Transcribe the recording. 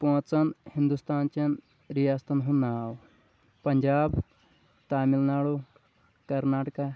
پٲنٛژن ہنٛدوستان چٮ۪ن رِیاستن ہُنٛد ناو پنجاب تامِل ناڈُو کرناٹٕکہ